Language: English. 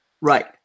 Right